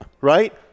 right